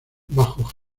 bajo